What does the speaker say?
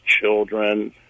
children